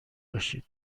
باشین